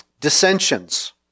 Dissensions